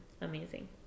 amazing